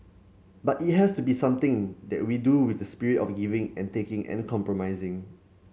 but it has to be something that we do with the spirit of giving and taking and compromising